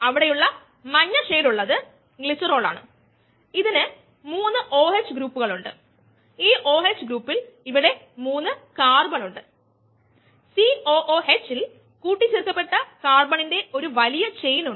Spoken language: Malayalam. അതിനാൽ എൻസൈം സബ്സ്ട്രേറ്റ് കോംപ്ലെക്സിന്റെ ഉത്പാദന നിരക്ക് എൻസൈം സബ്സ്ട്രേറ്റ് കോംപ്ലെക്സിന്റെ ഉപഭോഗ നിരക്കിന് തുല്യമാണ് കാരണം ഇത് മുമ്പത്തെ ഘട്ടത്തിൽ പൂജ്യത്തിന് തുല്യമാണ്